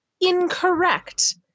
incorrect